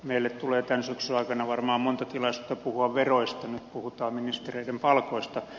meille tulee tämän syksyn aikana varmaan monta tilaisuutta puhua veroista nyt puhutaan ministereiden palkoista